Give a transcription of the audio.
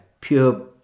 pure